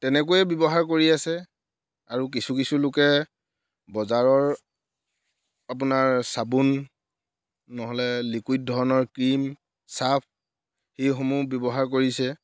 তেনেকৈয়ে ব্যৱহাৰ কৰি আছে আৰু কিছু কিছু লোকে বজাৰৰ আপোনাৰ চাবোন নহ'লে লিকুইড ধৰণৰ ক্ৰীম চাৰ্ফ এইসমূহ ব্যৱহাৰ কৰিছে